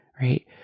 right